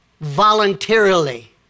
voluntarily